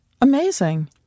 Amazing